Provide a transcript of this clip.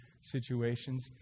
situations